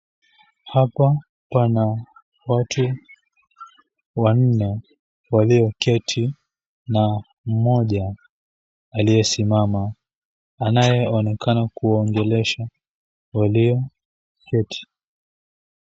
Hapa pana watu wanne walioketi na mmoja aliyesimama, anayeonekana kuwaongelesha walioketi.